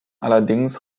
allerdings